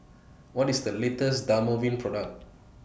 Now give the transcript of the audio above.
What IS The latest Dermaveen Product